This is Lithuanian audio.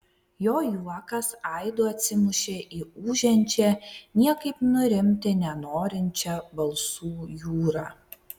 jo juokas aidu atsimušė į ūžiančią niekaip nurimti nenorinčią balsų jūrą